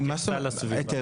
מה זאת אומרת הסביבה?